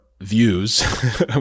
views